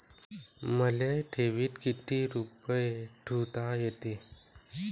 मले ठेवीत किती रुपये ठुता येते?